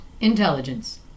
intelligence